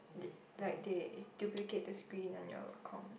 they like they duplicate the screen on your com